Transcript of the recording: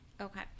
okay